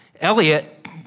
Elliot